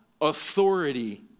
authority